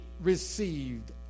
received